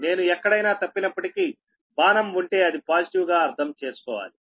నేను ఎక్కడైనా తప్పినప్పటికీ బాణం ఉంటే అది పాజిటివ్ గా అర్థం చేసుకోవాలి